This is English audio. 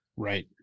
Right